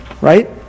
Right